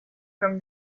from